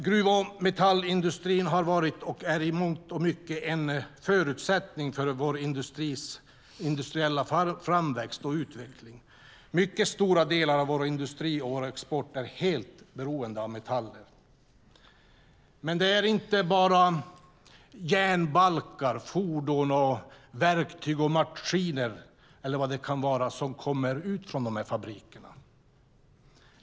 Gruv och metallindustrin har varit och är i mångt och mycket en förutsättning för vår industriella framväxt och utveckling. Mycket stora delar av vår industri och vår export är helt beroende av metaller. Men det är inte bara järnbalkar, fordon, verktyg, maskiner eller vad det kan vara som kommer ut från fabrikerna.